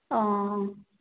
অঁ